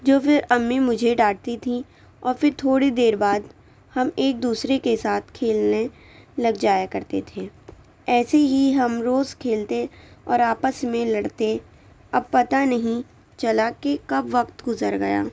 جو پھر امی مجھے ڈانٹتی تھیں اور پھر تھوڑی دیر بعد ہم ایک دوسرے کے ساتھ کھیلنے لگ جایا کرتے تھے ایسے ہی ہم روز کھیلتے اور آپس میں لڑتے اب پتا نہیں چلا کہ کب وقت گزر گیا